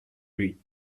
lui